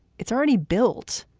it's already built.